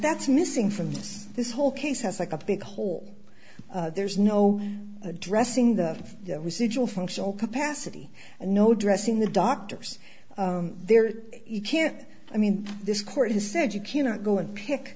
that's missing from this this whole case has like a big hole there's no addressing the residual functional capacity and no dressing the doctors there you can't i mean this court has said you cannot go and pick